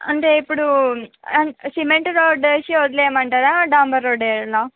అంటే ఇప్పుడు cement road వేసి వదిలేయమంటారా డాంబరు రోడ్డు వెయ్యాలా